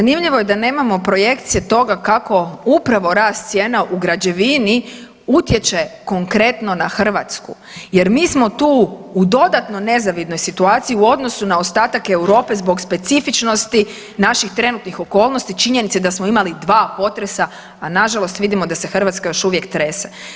Zanimljivo je da nemamo projekcije toga kako upravo rast cijena u građevini utječe konkretno na Hrvatsku jer mi smo tu u dodatno nezavidnoj situaciji u odnosu na ostatak Europe zbog specifičnosti naših trenutnih okolnosti i činjenice da smo imali 2 potresa, a nažalost vidimo da se Hrvatska još uvijek trese.